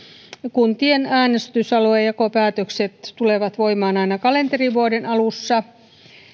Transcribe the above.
kuntien äänestysaluejakopäätökset tulevat voimaan aina kalenterivuoden alussa